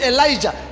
Elijah